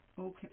Okay